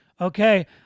okay